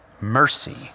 mercy